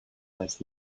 less